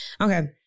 okay